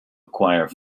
acquire